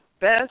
best